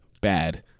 bad